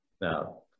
Now